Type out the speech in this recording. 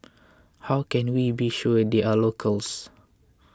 how can we be sure they are locals